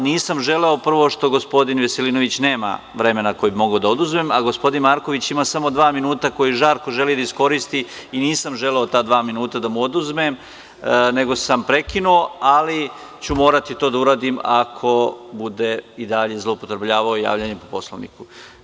Nisam želeo prvo što gospodin Veselinović nema vremena koje bih mogao da mu oduzmem , a gospodin Marković ima samo dva minuta koje žarko želi da iskoristi i nisam želeo ta dva minuta da mu oduzmem, nego sam prekinuo, ali ću morati to da uradim ako se bude i dalje zloupotrebljavalo javljanje po Poslovniku.